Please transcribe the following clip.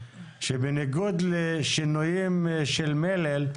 שבניגוד לשינויים של מלל,